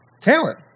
talent